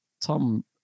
Tom